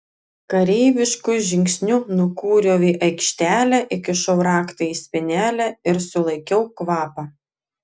kareivišku žingsniu nukūriau į aikštelę įkišau raktą į spynelę ir sulaikiau kvapą